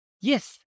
Yes